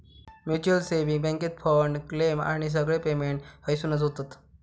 mutual saving बॅन्केत fund, claim आणि सगळे पेमेंट हयसूनच होतत